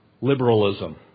liberalism